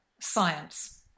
science